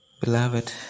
Beloved